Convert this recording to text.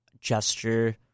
gesture